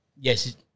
Yes